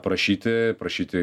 prašyti prašyti